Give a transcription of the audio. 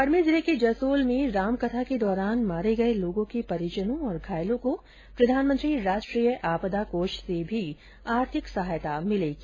बाड़मेर जिले के जसोल में रामकथा के दौरान मारे गये लोगों के परिजनों और घायलों को प्रधानमंत्री राष्ट्रीय आपदा कोष से भी आर्थिक सहायता मिलेगी